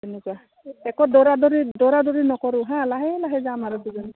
তেনেকুৱা একো দৌৰা দৌৰি দৌৰা দৌৰি নকৰোঁ হাঁ লাহে লাহে যাম আৰু